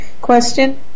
question